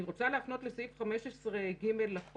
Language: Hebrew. ואני חושבת שנכון שהוועדה תבין מה קרה בין דיווחים 1 עד 14 ו-15 ואילך